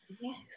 Yes